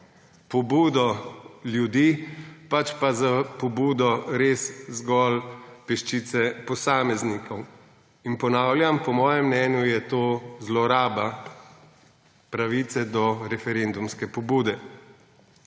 pobudo ljudi, ampak za pobudo res zgolj peščice posameznikov. Ponavljam, po mojem mnenju je to zloraba pravice do referendumske pobude.